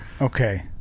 Okay